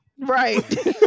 Right